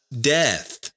death